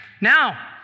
Now